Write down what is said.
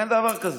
אין דבר כזה.